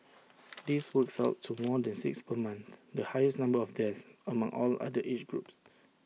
this works out to more than six per month the highest number of deaths among all other age groups